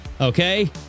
okay